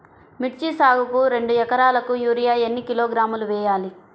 మిర్చి సాగుకు రెండు ఏకరాలకు యూరియా ఏన్ని కిలోగ్రాములు వేయాలి?